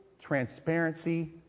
Transparency